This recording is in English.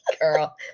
Girl